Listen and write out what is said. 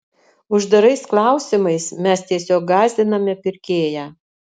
uždarais klausimais mes tiesiog gąsdiname pirkėją